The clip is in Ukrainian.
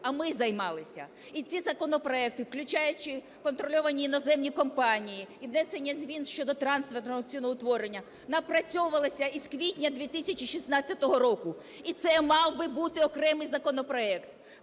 а ми займалися. І ці законопроекти, включаючи контрольовані іноземні компанії і внесення змін щодо трансфертного ціноутворення, напрацьовувалися із квітня 2016 року, і це мав би бути окремий законопроект.